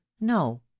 no